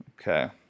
Okay